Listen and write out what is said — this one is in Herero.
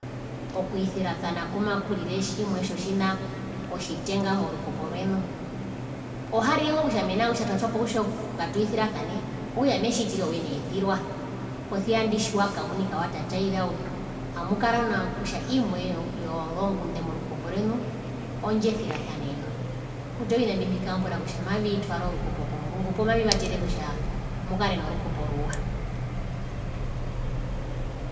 Okuwisirasana kumakurire tjimwe tjotjina otjitenga morukupo rwenu, oharire ngo kutja mena rokutja twatwapo kutja ngatwisirasane okutja ami metjitire owina eisirwa posia indi tjiwakamunika awatataisa uri amukara na kutja imwe yozongunde morukupo rwenu ondjesirasaneno mutu oovina mbimbikambura kutja mavitwara okrukupo komurungu poo mavivatere kutja mukare norukupo oruwa.